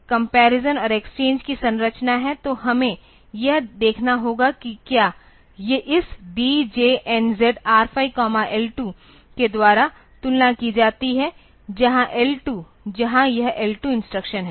तो यह एक कम्पैरिसन और एक्सचेंज की संरचना है तो हमें यह देखना होगा कि क्या इस DJNZ R5L2 के द्वारा तुलना की जाती है जहां L 2 जहां यह L2 इंस्ट्रक्शन है